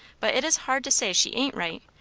but it is hard to say she ain't right,